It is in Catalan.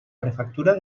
prefectura